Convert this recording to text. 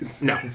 No